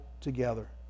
together